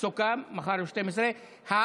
סוכם מחר ב-12:00?